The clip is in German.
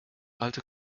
alte